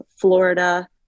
Florida